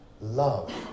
love